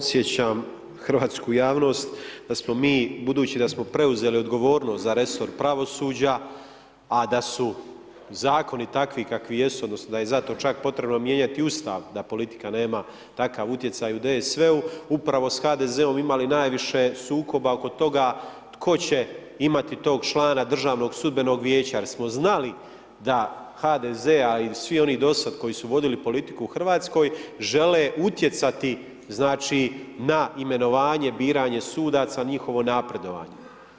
Ja podsjećam hrvatsku javnost da smo mi budući da smo preuzeli odgovornost za resor pravosuđa, a da su zakoni takvi kakvi jesu, odnosno da je za to čak potrebno mijenjati Ustav, da politika nema takav utjecaj u DSV-u, upravo s HDZ-om imali najviše sukoba oko toga tko će imati tog člana državnog sudbenog vijeća jer smo znali da HDZ, a i svi oni dosad koji su vodili politiku u RH žele utjecati znači, na imenovanje i biranje sudaca, njihovo napredovanje.